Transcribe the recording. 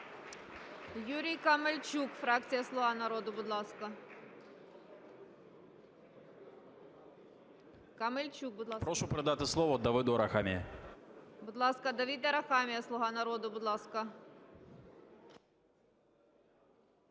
Прошу передати слово Давиду Арахамії.